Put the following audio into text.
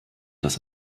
dass